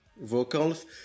vocals